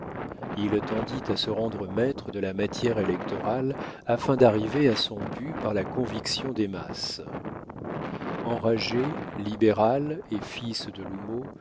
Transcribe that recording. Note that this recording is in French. il tendit à se rendre maître de la matière électorale afin d'arriver à son but par la conviction des masses enragé libéral et fils de